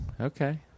Okay